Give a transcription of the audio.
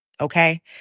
Okay